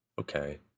okay